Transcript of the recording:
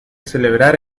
celebrar